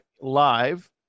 live